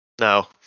No